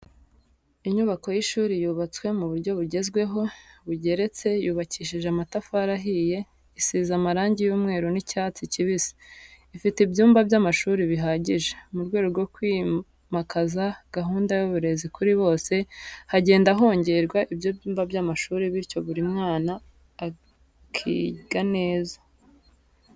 Inyubako y'ishuri yubatswe mu buryo bugezweho bugeretse yubakishije amatafari ahiye, isize amarangi y'umweru n'icyatsi kibisi, ifite ibyumba by'amashuri bihagije. Mu rwego rwo kwimakaza gahunda y'uburezi kuri bose, hagenda hongerwa ibyumba by'amashuri bityo buri mwana akiga neza.